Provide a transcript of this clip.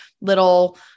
little